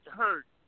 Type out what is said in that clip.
hurt